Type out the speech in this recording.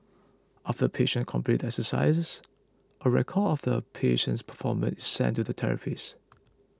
after the patient completes the exercises a record of the patient's performance sent to the therapist